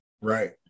Right